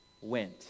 went